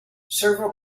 several